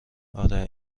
آره